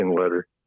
letter